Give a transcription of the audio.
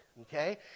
Okay